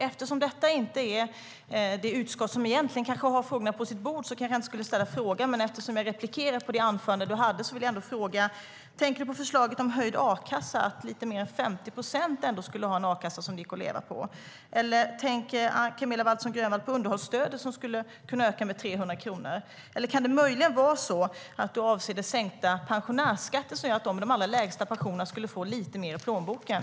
Eftersom detta inte är det utskott som egentligen har frågorna på sitt bord kanske jag inte skulle ställa frågan, men eftersom jag replikerar på det anförande du höll vill jag ändå fråga: Tänker du på förslaget om höjd a-kassa, att lite mer än 50 procent skulle haft en a-kassa som det hade gått att leva på? Eller tänker Camilla Waltersson Grönvall på underhållsstödet som skulle kunna öka med 300 kronor? Eller kan det möjligen vara så att du avser den sänkta pensionärsskatten som gör att de med de allra lägsta pensionerna skulle få lite mer i plånboken?